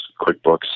QuickBooks